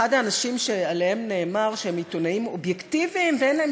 אחד האנשים שעליהם נאמר שהם עיתונאים אובייקטיביים ואין להם